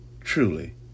truly